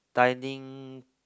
dining